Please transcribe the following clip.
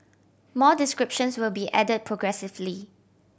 more descriptions will be add progressively